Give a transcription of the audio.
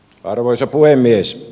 arvoisa puhemies